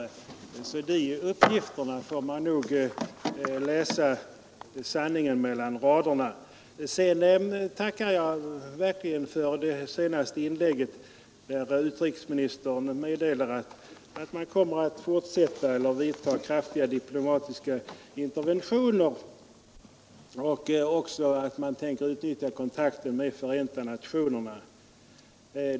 I fråga om dessa uppgifter får man nog försöka läsa fram sanningen mellan raderna. För övrigt tackar jag för det senaste inlägget, i vilket utrikesministern meddelade att man kommer att vidta kraftiga diplomatiska åtgärder och att man också tänker utnyttja kontakten med Förenta nationerna.